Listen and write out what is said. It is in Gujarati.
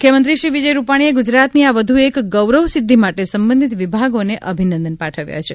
મુખ્યમંત્રી શ્રી વિજયભાઇ રૂપાણીએ ગુજરાતની આ વધુ એક ગૌરવ સિદ્ધિ માટે સંબંધિત વિભાગોને અભિનંદન પાઠવ્યા છે